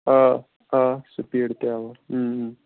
آ آ سِپیٖڈ تہٕ آ